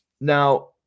now